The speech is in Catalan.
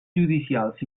judicials